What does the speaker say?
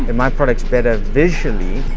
and my products better visually,